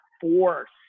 force